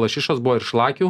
lašišos buvo ir šlakių